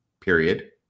period